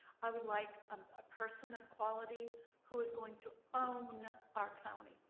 i would like a person of quality who is going to own our county,